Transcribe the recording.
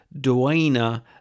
Duena